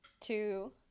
two